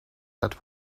that